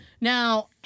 Now